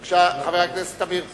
בבקשה, חבר הכנסת עמיר פרץ.